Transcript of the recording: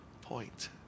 point